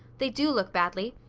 they do look badly.